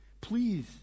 Please